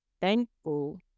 thankful